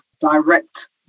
direct